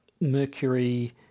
mercury